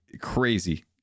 crazy